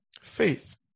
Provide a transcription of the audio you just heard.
Faith